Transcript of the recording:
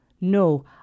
No